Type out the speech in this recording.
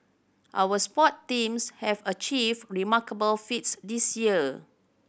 our sport teams have achieved remarkable feats this year